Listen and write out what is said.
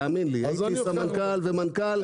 תאמין לי, הייתי סמנכ"ל ומנכ"ל.